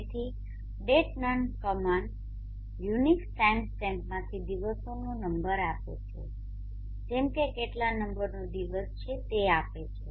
તેથી datenum command Unix ટાઇમસ્ટેમ્પમાંથી દિવસોનો નંબર આપે છે જેમ કે કેટલા નંબરનો દિવસ છે તે આપે છે